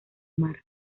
mar